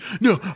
no